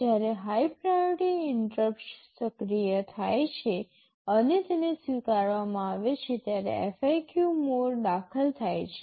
જ્યારે high priority interrupt સક્રિય થાય છે અને તેને સ્વીકારવામાં આવે છે ત્યારે FIQ મોડ દાખલ થાય છે